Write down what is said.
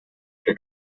que